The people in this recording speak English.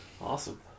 Awesome